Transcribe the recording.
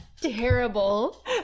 terrible